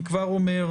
אני כבר אומר,